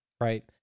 Right